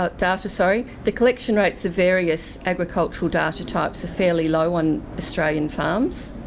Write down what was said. ah data, sorry the collection rates of various agricultural data types are fairly low on australian farms.